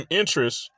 interest